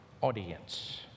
audience